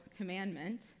commandment